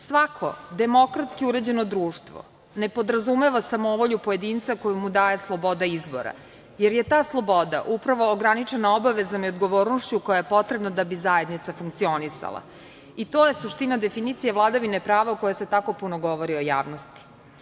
Svako demokratski uređeno društvo ne podrazumeva samovolju pojedinca koju mu daje sloboda izbora, jer je ta sloboda upravo ograničena obavezama i odgovornošću koja je potrebna da bi zajednica funkcionisala i to je suština definicije vladavine prava o kojoj se tako puno govori u javnosti.